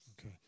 Okay